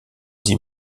dix